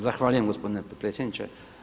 Zahvaljujem gospodine potpredsjedniče.